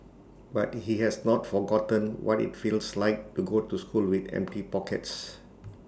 but he has not forgotten what IT feels like to go to school with empty pockets